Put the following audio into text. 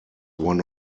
one